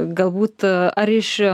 galbūt ar iš